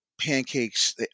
pancakes